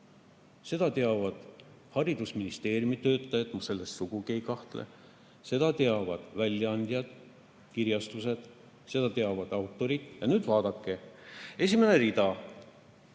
Seda teavad haridusministeeriumi töötajad, ma selles sugugi ei kahtle. Seda teavad väljaandjad, kirjastused, seda teavad autorid. Ja nüüd vaadake, esimene rida,